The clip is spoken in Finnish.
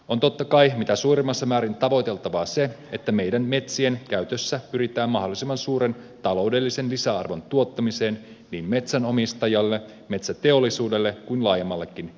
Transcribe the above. on totta kai mitä suurimmassa määrin tavoiteltavaa se että meidän metsien käytössä pyritään mahdollisimman suuren taloudellisen lisäarvon tuottamiseen niin metsänomistajalle metsäteollisuudelle kuin laajemmallekin yhteiskunnalle